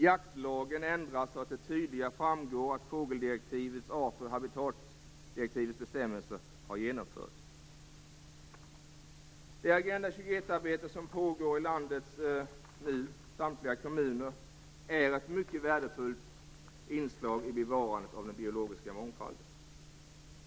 Jaktlagen ändras så att det tydligare framgår att fågeldirektivets och art och habitatdirektivets bestämmelser har genomförts. Det Agenda 21-arbete som pågår i landets samtliga kommuner är ett mycket värdefullt inslag i bevarandet av den biologiska mångfalden.